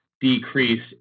decrease